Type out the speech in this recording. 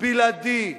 בלעדי,